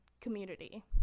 community